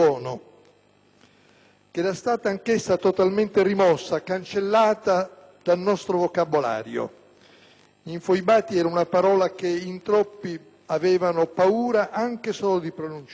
che era stata anch'essa totalmente rimossa e cancellata dal nostro vocabolario: infoibati era una parola che in troppi avevano paura anche solo di pronunciare.